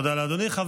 תודה לאדוני.